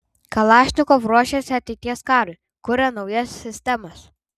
kalašnikov ruošiasi ateities karui kuria naujas sistemas